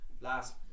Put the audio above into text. last